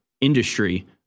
industry